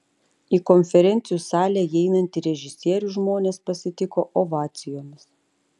į konferencijų salę įeinantį režisierių žmonės pasitiko ovacijomis